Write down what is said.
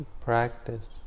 practice